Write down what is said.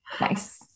Nice